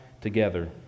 together